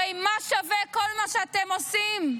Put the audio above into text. הרי מה שווה כל מה שאתם עושים?